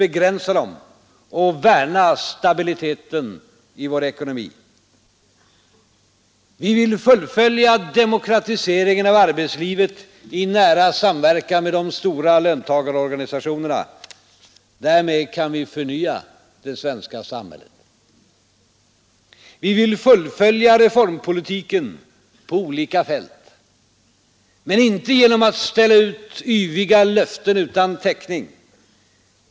Vi måste så långt möjligt beg vår ekonomi. Vi vill fullfölja demokratiseringen av arbetslivet i nära samverkan med de stora löntagarorganisationerna. Därmed kan vi förnya det svenska sam hället. Vi vill fullfölja reformpolitiken på olika fält. Men inte genom att ställa ut yviga löften utan täckning.